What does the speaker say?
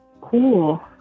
Cool